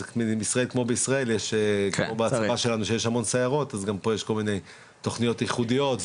אז בישראל כמו בישראל יש כל מיני תכניות ייחודיות,